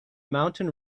mountain